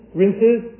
rinses